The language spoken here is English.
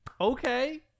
Okay